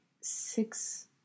six